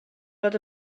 fod